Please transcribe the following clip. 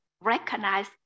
recognize